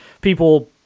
People